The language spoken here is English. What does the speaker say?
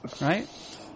Right